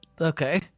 Okay